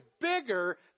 bigger